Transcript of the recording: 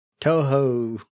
Toho